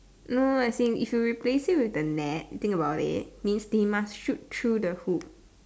no as in if you replace it with the net you think about it means they must shoot through the hoop